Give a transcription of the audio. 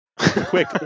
Quick